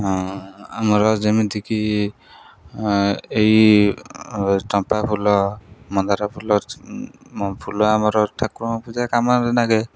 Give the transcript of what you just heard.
ଆମର ଯେମିତିକି ଏଇ ଚମ୍ପା ଫୁଲ ମନ୍ଦାର ଫୁଲ ଫୁଲ ଆମର ଠାକୁରଙ୍କ ପୂଜା କାମରେ ଲାଗେ